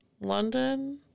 London